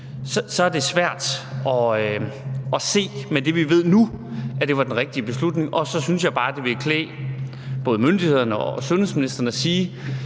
er det svært at se med det, vi ved nu, at det var den rigtige beslutning, og så synes jeg bare, det ville klæde både myndighederne og sundhedsministeren at sige: